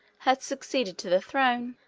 had succeeded to the throne,